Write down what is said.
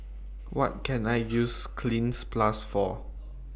What Can I use Cleanz Plus For